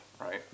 right